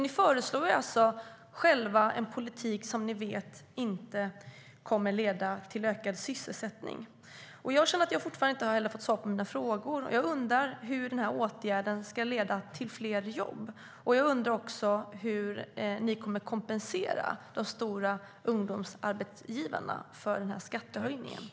Ni föreslår alltså själva en politik som ni vet inte kommer att leda till ökad sysselsättning.